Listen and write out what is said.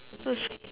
oh